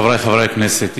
חברי חברי הכנסת,